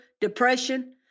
depression